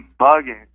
bugging